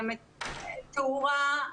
תאורה,